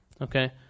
Okay